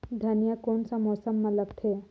धनिया कोन सा मौसम मां लगथे?